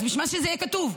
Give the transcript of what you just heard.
אז בשביל מה שזה יהיה כתוב?